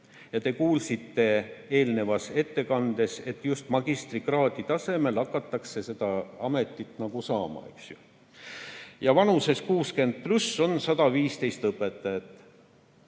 Te kuulsite eelnevast ettekandest, et just magistrikraadi tasemel hakatakse seda ametit saama. Vanuses 60+ on 115 õpetajat.